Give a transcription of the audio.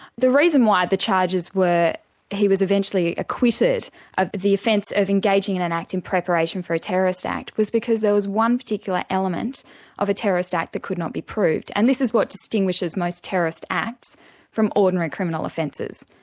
the reason why the charges were he was eventually acquitted of the offence of engaging in an act in preparation for a terrorist act was because there was one particular element of a terrorist act that could not be proved, and this is what distinguishes most terrorist acts from ordinary criminal offences,